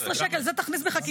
להחזיר את החטופים